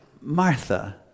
Martha